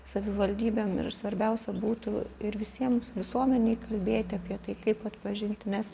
savivaldybėm ir svarbiausia būtų ir visiems visuomenei kalbėti apie tai kaip atpažinti nes